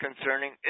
concerning